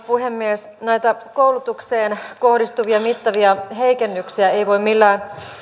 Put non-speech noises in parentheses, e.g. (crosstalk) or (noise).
(unintelligible) puhemies näitä koulutukseen kohdistuvia mittavia heikennyksiä ei voi millään